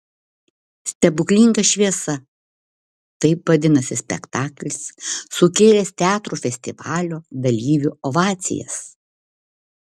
stebuklinga šviesa taip vadinasi spektaklis sukėlęs teatrų festivalio dalyvių ovacijas